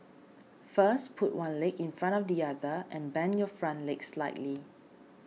first put one leg in front of the other and bend your front leg slightly